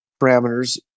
parameters